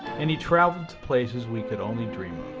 and he traveled to places we could only dream